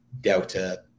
Delta